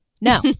No